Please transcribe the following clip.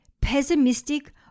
pessimistic